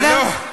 בסדר?